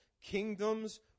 kingdoms